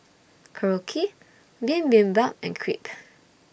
Korokke Bibimbap and Crepe